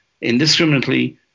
indiscriminately